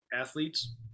athletes